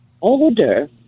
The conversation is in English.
older